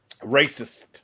Racist